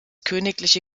königliche